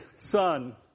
son